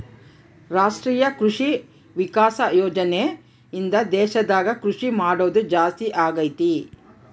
ರಾಷ್ಟ್ರೀಯ ಕೃಷಿ ವಿಕಾಸ ಯೋಜನೆ ಇಂದ ದೇಶದಾಗ ಕೃಷಿ ಮಾಡೋದು ಜಾಸ್ತಿ ಅಗೈತಿ